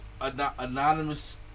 anonymous